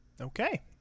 Okay